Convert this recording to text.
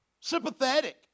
Sympathetic